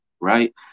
right